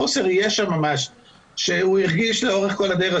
חוסר ישע ממש שהוא הרגיש לאורך כל הדרך,